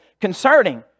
concerning